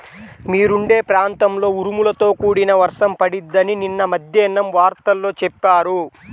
మీరుండే ప్రాంతంలో ఉరుములతో కూడిన వర్షం పడిద్దని నిన్న మద్దేన్నం వార్తల్లో చెప్పారు